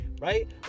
right